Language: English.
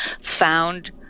found –